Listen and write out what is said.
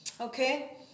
okay